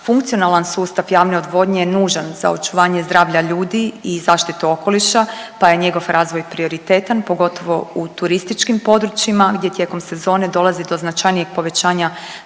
Funkcionalan sustav javne odvodnje je nužan za očuvanje zdravlja ljudi i zaštitu okoliša pa je njegov razvoj prioritetan, pogotovo u turističkim područjima gdje tijekom sezone dolazi do značajnijeg povećanja